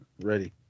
ready